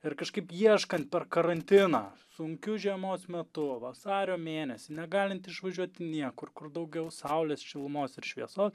ir kažkaip ieškant per karantiną sunkiu žiemos metu vasario mėnesį negalint išvažiuoti niekur kur daugiau saulės šilumos ir šviesos